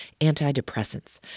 antidepressants